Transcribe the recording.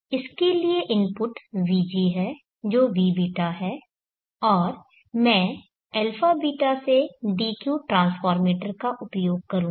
इसके लिए input vg है जो vβ है और मैं αβ से dq ट्रांसफॉरमेटर का उपयोग करूंगा